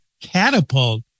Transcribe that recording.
catapult